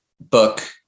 book